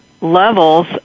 levels